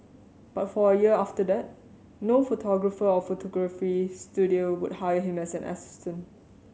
but for a year after that no photographer or photography studio would hire him as an assistant